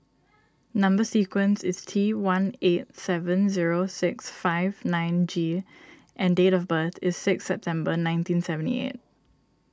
Number Sequence is T one eight seven zero six five nine G and date of birth is six September nineteen seventy eight